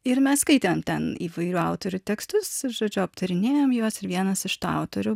ir mes skaitėm ten įvairių autorių tekstus žodžiu aptarinėjom juos vienas iš tų autorių